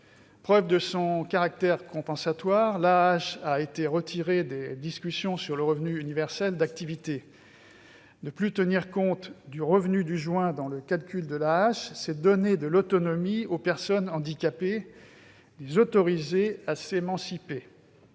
Preuve de son caractère compensatoire, l'AAH a été retirée des discussions sur le revenu universel d'activité. Ne plus tenir compte du revenu du conjoint dans le calcul de l'AAH, c'est donner de l'autonomie aux personnes handicapées, les autoriser à s'émanciper.